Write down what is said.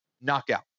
knockout